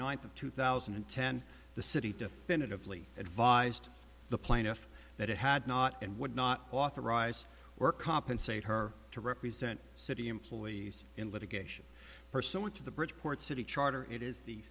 ninth of two thousand and ten the city definitively advised the plaintiff that it had not and would not authorize or compensate her to represent city employees in litigation pursuant to the bridgeport city charter it is the